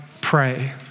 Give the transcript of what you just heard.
pray